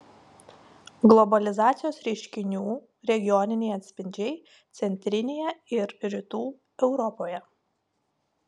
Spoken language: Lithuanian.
globalizacijos reiškinių regioniniai atspindžiai centrinėje ir rytų europoje